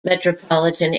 metropolitan